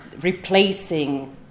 replacing